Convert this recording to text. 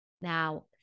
Now